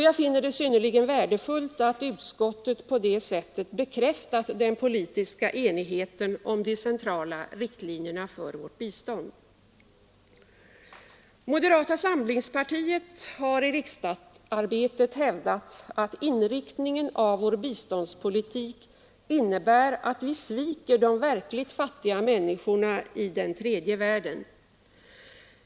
Jag finner det synnerligen värdefullt att utskottet på detta sätt bekräftat den politiska enigheten om de centrala riktlinjerna för vårt bistånd. Moderata samlingspartiet har i riksdagsarbetet hävdat, att inriktningen av vår biståndspolitik innebär att vi sviker de verkligt fattiga människorna i den tredje världen.